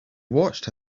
watched